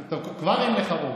טוב, כבר אין לך רוב.